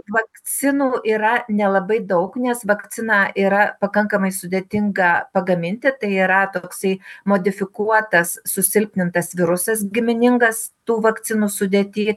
vakcinų yra nelabai daug nes vakciną yra pakankamai sudėtinga pagaminti tai yra toksai modifikuotas susilpnintas virusas giminingas tų vakcinų sudėty